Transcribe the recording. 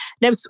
Now